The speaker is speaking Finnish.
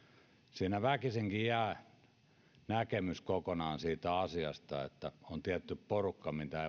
siinä väkisinkin jää kokonaan puuttumaan näkemys siitä että on tietty porukka mitä